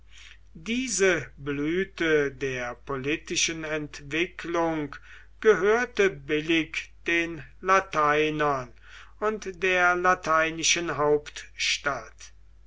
diese blüte der politischen entwicklung gehörte billig den lateinern und der lateinischen hauptstadt